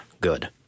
good